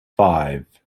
five